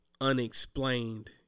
unexplained